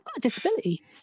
disability